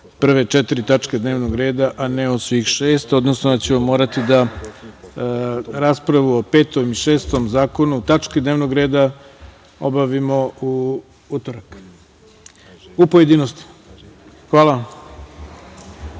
prve četiri tačke dnevnog reda, a ne o svih šest, odnosno da ćemo morati da raspravu o petoj i šestoj tački dnevnog reda obavimo u utorak, u pojedinostima. Hvala